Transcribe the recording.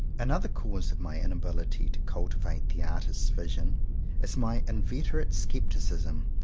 another cause of my inability to cultivate the artist's vision is my inveterate scepticism.